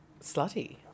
slutty